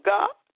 God